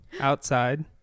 outside